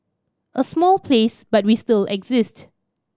a small place but we still exist